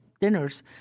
dinners